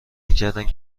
میکردند